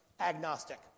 agnostic